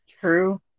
true